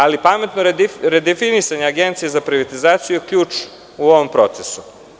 Ali, pametno redefinisanje Agencije za privatizaciju je ključ u ovom procesu.